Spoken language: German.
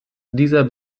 dieser